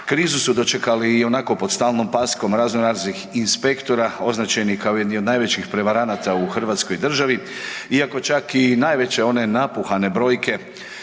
krizu u dočekali ionako pod stalnom paskom raznoraznih inspektora označeni kao jedni od najvećih prevaranata u hrvatskoj državi iako čak i najveće one napuhane brojke